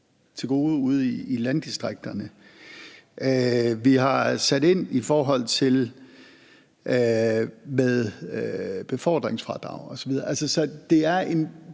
vil komme landdistrikterne til gode. Vi har sat ind i forhold til befordringsfradrag osv.